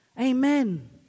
amen